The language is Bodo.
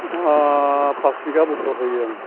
अ फास बिगा बन्द'क होयो आं